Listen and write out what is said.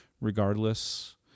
regardless